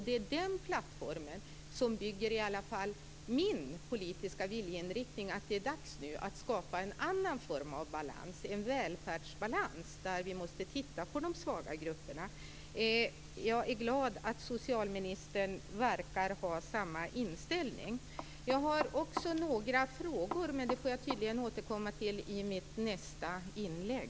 Det är den plattformen som i alla fall bygger min politiska viljeinriktning att det är dags nu att skapa en annan form av balans, en välfärdsbalans där vi måste titta på de svaga grupperna. Jag är glad att socialministern verkar ha samma inställning. Jag har också några frågor, men dem får jag återkomma till i mitt nästa inlägg.